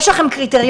יש לכם קריטריונים.